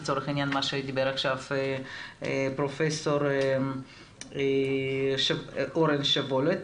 לצורך העניין מה שדיבר עכשיו פרופ' אורן שבלת.